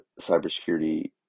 cybersecurity